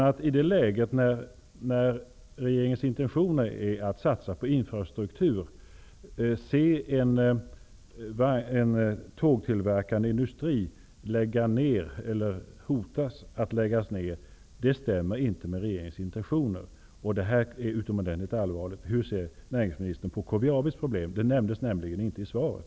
Att en tågtillverkande industri hotas av nedläggning i ett läge när regeringens intentioner är att satsa på infrastruktur, det går emellertid inte ihop. Detta är utomordentligt allvarligt. Hur ser näringsministern på KVAB:s problem? Det nämndes inte i svaret.